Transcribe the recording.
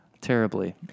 Terribly